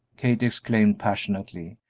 kate exclaimed, passionately,